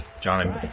Johnny